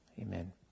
Amen